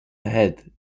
ahead